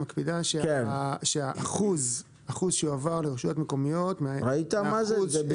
הקרן מקפידה שהאחוז שיועבר לרשויות מקומיות --- ראית מה זה,